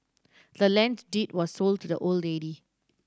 the land's deed was sold to the old lady